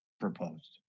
proposed